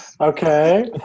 Okay